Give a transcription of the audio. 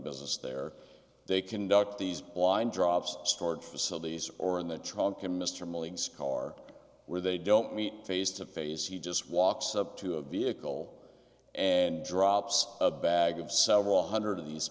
business there they conduct these blind drops storage facilities or in the trunk in mr millings car where they don't meet face to face he just walks up to a vehicle and drops a bag of several one hundred of these